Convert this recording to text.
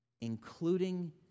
including